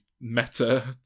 meta